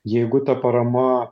jeigu ta parama